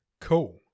Cool